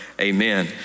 Amen